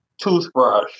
toothbrush